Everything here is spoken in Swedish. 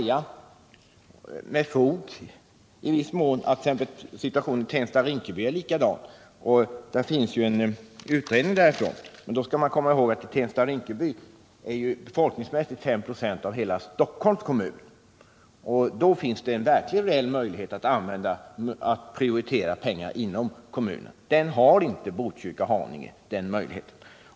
Nu kan man i viss mån med fog säga att situationen i Tensta-Rinkeby är jämförbar med Botkyrkas. Det finns ju en utredning om det området som redovisar i stort sett samma problem, men då måste man komma ihåg att Tensta-Rinkeby befolkningsmässigt utgör 596 av hela Stockholms kommun. I det fallet finns det en reell möjlighet att prioritera pengar inom kommunen, men den möjligheten har inte Botkyrka eller Haninge kommuner.